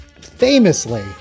famously